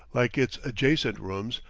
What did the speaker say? like its adjacent rooms,